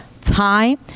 time